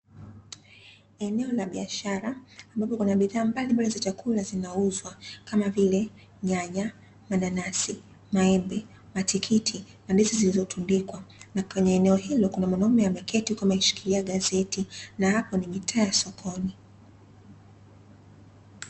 Eneo la biashara ambapo kuna bidhaa mbalimbali za chakula zinauzwa kama vile nyanya, mananasi, maembe, matikiti na ndizi zilizotundikwa, na kwenye eneo hilo mwanaume ameketi huku ameshikilia gazeti, na hapo ni mitaa ya sokoni.